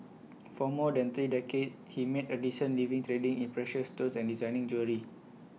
for more than three decades he made A decent living trading in precious stones and designing jewellery